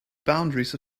boundaries